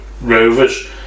Rovers